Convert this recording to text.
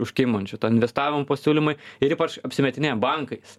užkimba ant šito investavimo pasiūlymai ir ypač apsimetinėja bankais